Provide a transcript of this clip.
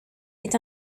est